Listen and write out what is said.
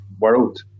world